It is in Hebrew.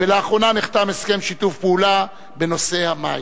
ולאחרונה נחתם הסכם שיתוף פעולה בנושא המים.